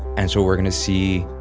and so we're going to see